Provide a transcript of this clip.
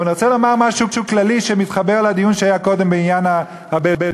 אבל אני רוצה לומר משהו כללי שמתחבר לדיון שהיה קודם בעניין הבדואים.